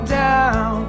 down